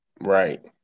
Right